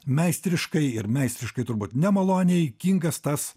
meistriškai ir meistriškai turbūt nemaloniai kingas tas